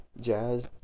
Jazz